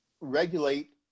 regulate